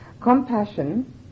Compassion